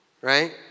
right